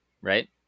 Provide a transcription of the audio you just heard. right